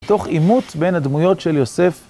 תוך עימות בין הדמויות של יוסף.